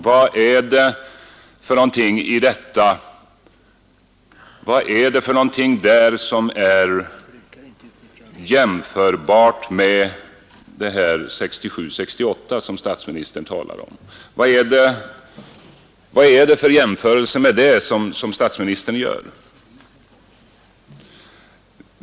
Vad finns i denna överenskommelse som är jämförbart med 1967 och 1968 som statsministern talar om?